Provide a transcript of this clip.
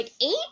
eight